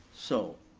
so.